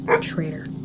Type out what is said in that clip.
traitor